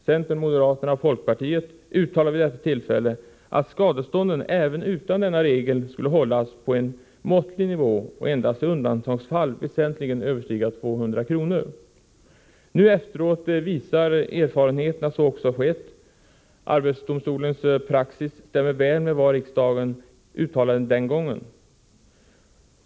Centern, moderaterna och folkpartiet uttalade vid detta tillfälle att skadestånden även utan denna regel skulle hållas på en måttlig nivå och endast i undantagsfall väsentligen överstiga 200 kr. Nu efteråt visar erfarenheten att så också har skett. Arbetsdomstolens praxis stämmer väl med vad riksdagen uttalade den gången.